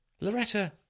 Loretta